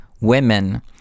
women